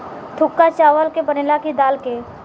थुक्पा चावल के बनेला की दाल के?